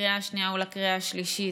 לקריאה שנייה ולקריאה שלישית,